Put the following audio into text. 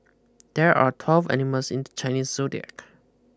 there are twelve animals in the Chinese zodiac